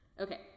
Okay